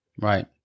Right